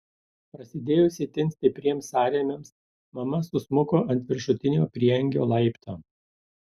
prasidėjus itin stipriems sąrėmiams mama susmuko ant viršutinio prieangio laipto